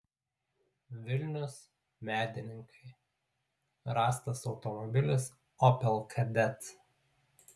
vilnius medininkai rastas automobilis opel kadett